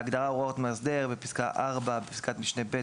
בהגדרה "הוראות מאסדר" בפסקה (4) - בפסקת משנה (ב),